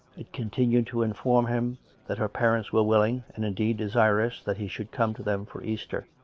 it continued to inform him that her parents were willing, and, indeed, desirous, that he should come to them for easter,